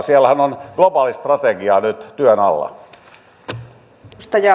siellähän on globaali strategia nyt työn alla